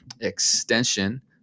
extension